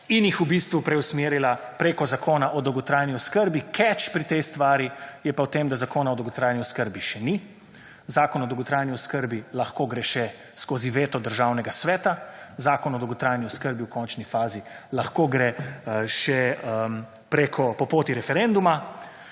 in jih v bistvu preusmerila preko Zakon o dolgotrajni oskrbi. Keč pri tej stvari je pa v tem, da Zakon o dolgotrajni oskrbi še ni, Zakon o dolgotrajni oskrbi lahko gre še skozi veto Državnega sveta. Zakon o dolgotrajni oskrbi v končni fazi lahko gre še po poti referenduma.